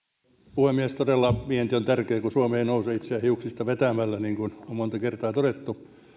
puhemies todella vienti on tärkeää kun suomi ei nouse itseään hiuksista vetämällä niin kuin on monta kertaa todettu